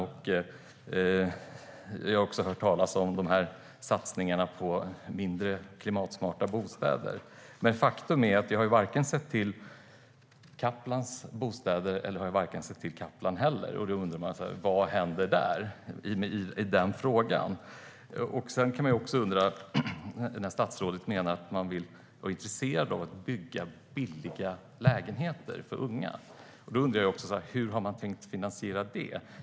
Vi har också hört talas om satsningarna på mindre och klimatsmarta bostäder. Men faktum är att jag inte har sett till vare sig Kaplans bostäder eller Kaplan själv. Då undrar jag vad som händer i frågan. Statsrådet menar att man är intresserad av att bygga billiga lägenheter för unga. Hur har man tänkt finansiera det?